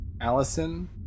Allison